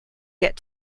yet